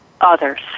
others